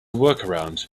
workaround